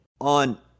on